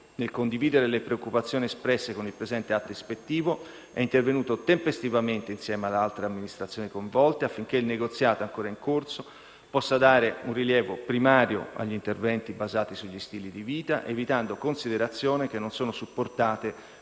nel condividere le preoccupazioni espresse con il presente atto ispettivo, è intervenuto tempestivamente, insieme alle altre amministrazioni coinvolte, affinché il negoziato ancora in corso possa dare un rilievo primario agli interventi basati sugli stili di vita, evitando considerazioni che non sono supportate da una forte